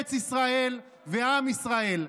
ארץ ישראל ועם ישראל.